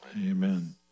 Amen